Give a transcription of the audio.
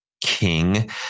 King